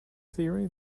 theory